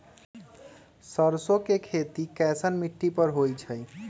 सरसों के खेती कैसन मिट्टी पर होई छाई?